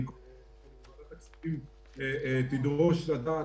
אני מקווה שוועדת הכספים תדרוש לדעת